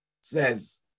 says